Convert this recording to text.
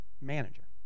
manager